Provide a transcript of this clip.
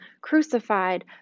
crucified